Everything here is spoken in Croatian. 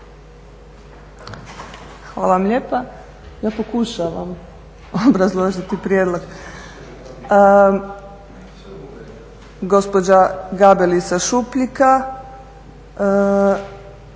Hvala vam lijepa. Ja pokušavam obrazložiti prijedlog. Gospođa Gabelica Šupljika